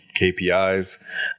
KPIs